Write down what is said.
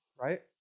right